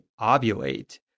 ovulate